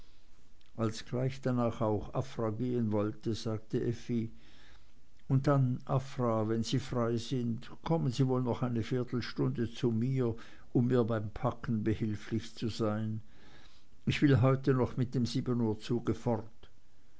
als gleich danach auch afra gehen wollte sagte effi und dann afra wenn sie frei sind kommen sie wohl noch eine viertelstunde zu mir um mir beim packen behilflich zu sein ich will heute noch mit dem siebenuhrzug fort